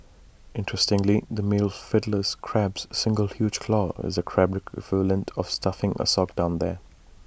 interestingly the male Fiddler crab's single huge claw is A Crab equivalent of stuffing A sock down there